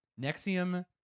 Nexium